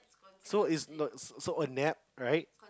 so is not so so a nap right